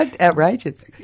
Outrageous